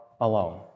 alone